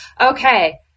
Okay